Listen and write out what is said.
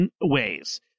ways